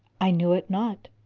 i knew it not!